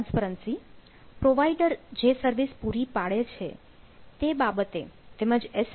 transparency provider જે service પૂરી પાડે છે તે બાબતે તેમજ એસ